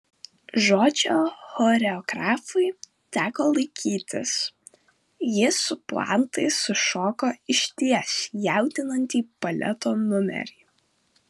žodžio choreografui teko laikytis jis su puantais sušoko išties jaudinantį baleto numerį